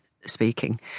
speaking